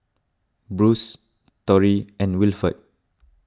Bruce Tory and Wilford